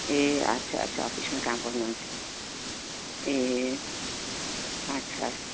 ए अच्छा अच्छा अफिसमा काम गर्नु हुन्छ ए अच्छा